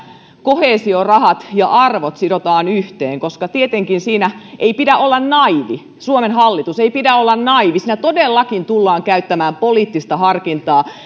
koheesiorahat ja arvot sidotaan yhteen koska tietenkään siinä ei pidä olla naiivi suomen hallitus ei pidä olla naiivi siinä todellakin tullaan käyttämään poliittista harkintaa